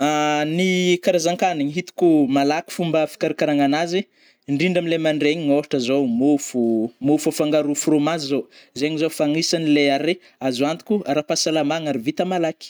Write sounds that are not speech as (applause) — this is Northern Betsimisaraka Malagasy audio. (hesitation) Ny karazan-kanigny hitko malaky fomba fikarkaragnanazy ndrindra amle mandraigny ôhatra zao môfo-mofo afangaro fromazy zao, zegny zao fa agnisagny le aray azo antoko arapahasalamagna ary vita malaky.